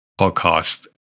podcast